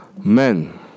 Men